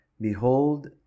Behold